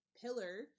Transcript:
pillar